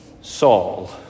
Saul